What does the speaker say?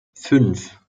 fünf